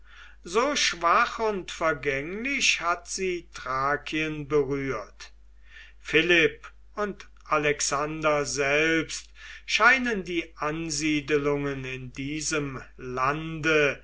so schwach und vergänglich hat sie thrakien berührt philipp und alexander selbst scheinen die ansiedelungen in diesem lande